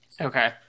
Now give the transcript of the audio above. Okay